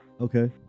Okay